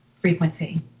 frequency